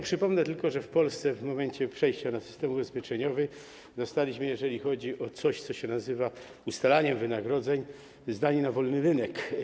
Przypomnę tylko, że w Polsce od momentu przejścia na system ubezpieczeniowy jesteśmy, jeżeli chodzi o coś, co się nazywa ustalaniem wynagrodzeń, zdani na wolny rynek.